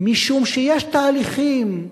משום שיש תהליכים,